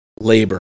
labor